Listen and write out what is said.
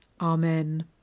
Amen